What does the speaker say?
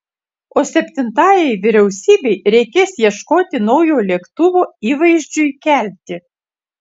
o septintajai vyriausybei reikės ieškoti naujo lėktuvo įvaizdžiui kelti